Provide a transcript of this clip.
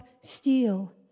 steal